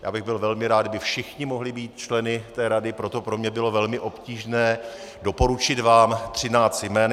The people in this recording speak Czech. Byl bych velmi rád, kdyby všichni mohli být členy té rady, proto pro mě bylo velmi obtížné doporučit vám 13 jmen.